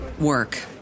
work